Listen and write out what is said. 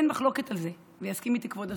אין מחלוקת על זה, ויסכים איתי כבוד השר.